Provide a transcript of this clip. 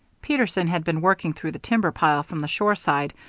peterson had been working through the timber pile from the shore side,